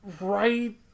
right